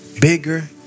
bigger